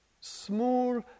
small